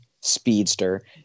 speedster